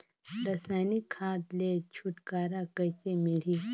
रसायनिक खाद ले छुटकारा कइसे मिलही?